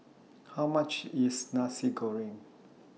How much IS Nasi Goreng